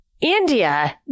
India